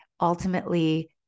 Ultimately